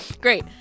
great